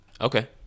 Okay